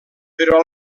però